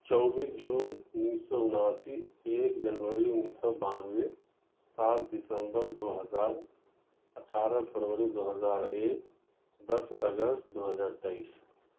چوبیس جون اُنیس سو اُناسی ایک جنوری اُنیس سو بانوے سات دسمبر دو ہزار اٹھارہ فروری دو ہزار ایک دس اگست دو ہزار تیئیس